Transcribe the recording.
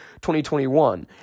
2021